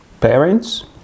Parents